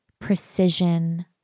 precision